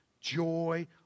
joy